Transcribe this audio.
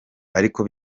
ariko